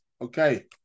okay